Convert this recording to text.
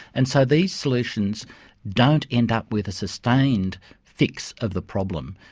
and so these solutions don't end up with a sustained fix of the problem.